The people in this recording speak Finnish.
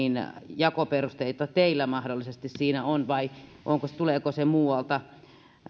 jakoperusteita teillä mahdollisesti siinä on vai tuleeko